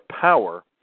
power